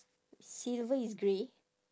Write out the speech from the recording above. silver is grey